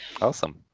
Awesome